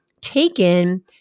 taken